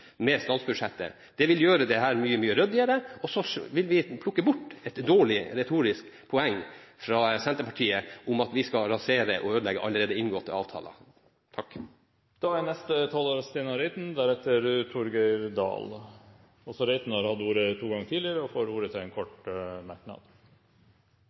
med statsbudsjettet. Det vil gjøre det mye ryddigere, og vi vil plukke bort et dårlig retorisk poeng fra Senterpartiet om at vi skal rasere og ødelegge allerede inngåtte avtaler. Representanten Steinar Reiten har hatt ordet to ganger tidligere og får ordet til en